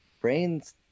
brains